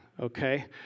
okay